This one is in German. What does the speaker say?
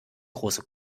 große